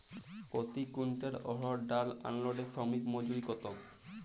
প্রতি কুইন্টল অড়হর ডাল আনলোডে শ্রমিক মজুরি কত?